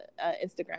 Instagram